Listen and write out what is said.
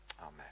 Amen